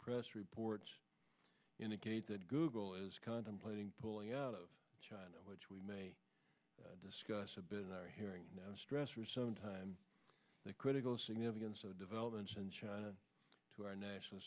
press reports indicate that google is contemplating pulling out of china which we may discuss a bit in our hearing stressed for some time the critical significance of developments in china to our national